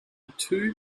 two